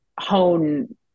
hone